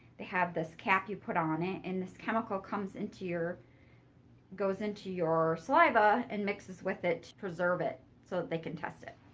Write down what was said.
they have this cap you put on it. and this chemical comes into your goes into your saliva and mixes with it to preserve it so that they can test it.